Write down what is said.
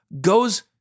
goes